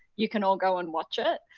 you can all go and watch it.